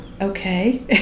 okay